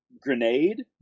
grenade